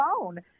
phone